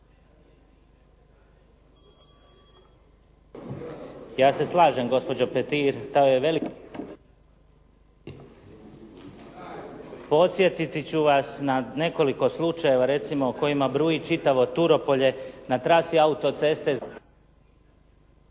ja se slažem gospođo Petir … /Govornik isključen, ne čuje se./ … Podsjetit ću vas ne nekoliko slučajeva recimo o kojima bruji čitavo Turopolje, na trasi autoceste